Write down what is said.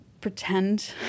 pretend